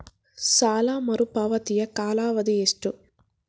ಸಾಲ ಮರುಪಾವತಿಯ ಕಾಲಾವಧಿ ಎಷ್ಟು?